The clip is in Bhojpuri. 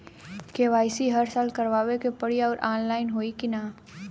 के.वाइ.सी हर साल करवावे के पड़ी और ऑनलाइन होई की ना?